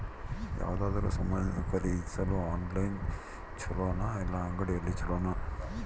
ಯಾವುದಾದರೂ ಸಾಮಾನು ಖರೇದಿಸಲು ಆನ್ಲೈನ್ ಛೊಲೊನಾ ಇಲ್ಲ ಅಂಗಡಿಯಲ್ಲಿ ಛೊಲೊನಾ?